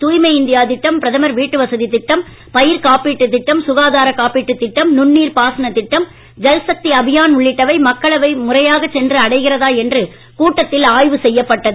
தூய்மை இந்தியா திட்டம் பிரதமர் வீட்டுவசதி திட்டம் பயிர் காப்பீட்டுத் திட்டம் சுகாதார காப்பீட்டுத் திட்டம் நுண்ணீர் பாசனத் திட்டம் ஜல்சக்தி அபியான் உள்ளிட்டவை மக்களவை முறையாக சென்று அடைகிறதா என்று கூட்டத்தில் ஆய்வு செய்யப்பட்டது